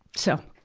so,